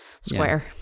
square